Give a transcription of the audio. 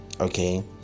okay